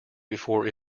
before